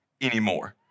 anymore